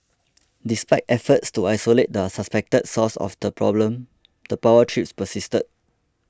despite efforts to isolate the suspected source of the problem the power trips persisted